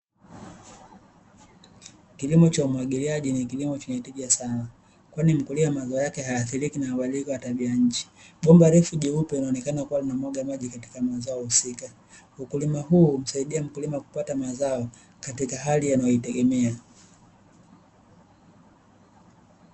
Kilimo cha umwagiliaji ni kilimo chenye tija sana, kwani mkulima mazao yake hayaadhiriki na mabadiliko ya tabia nchi, bomba refu jeupe linaoneka kuwa linamwaga maji katika mazao husika, ukulima huu humsaidia mkulima kupata mazao katika hali anayoitegemea.